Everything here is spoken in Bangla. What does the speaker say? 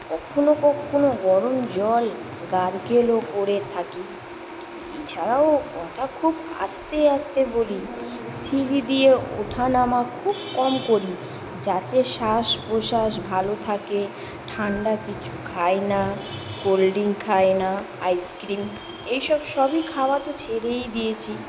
কখনও কখনও গরম জল গার্গলও করে থাকি এছাড়াও কথা খুব আস্তে আস্তে বলি সিঁড়ি দিয়ে ওঠা নামা খুব কম করি যাতে শ্বাস প্রশ্বাস ভালো থাকে ঠান্ডা কিছু খাই না কোল্ড ড্রিংক খাই না আইসক্রিম এই সব সবই খাওয়া তো ছেড়েই দিয়েছি